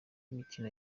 mikino